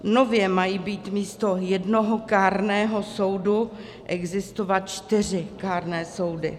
Nově mají místo jednoho kárného soudu existovat čtyři kárné soudy.